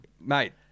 Mate